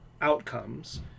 outcomes